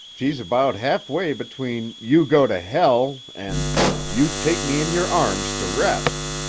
she's about halfway between you go to hell and you take me in your arms to rest